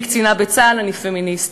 אני קצינה בצה"ל ואני פמיניסטית.